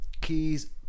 keys